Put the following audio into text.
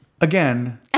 again